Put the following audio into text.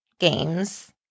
games